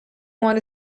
want